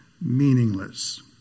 meaningless